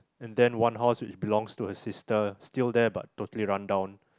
and then one house which belongs to her sister still there but totally run down